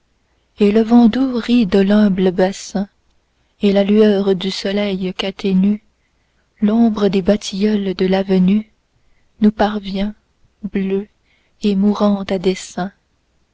et le vent doux ride l'humble bassin et la lueur du soleil qu'atténue l'ombre des bas tilleuls de l'avenue nous parvient bleue et mourante à dessein